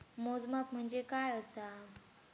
मोजमाप म्हणजे काय असा?